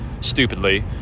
stupidly